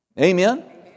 Amen